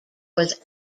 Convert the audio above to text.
was